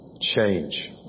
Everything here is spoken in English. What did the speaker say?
change